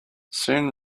soon